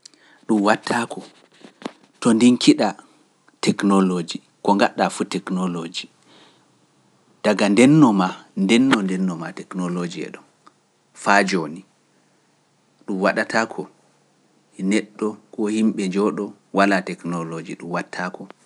Dum watta ko to ndinkiɗa technologie ko ngadɗa foof technologie daga ndenno ma technologie e ɗon faa joni ɗum waɗata ko neɗɗo ko yimɓe njooɗo wala technologie ɗum watta ko